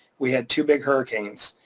we had two big hurricanes.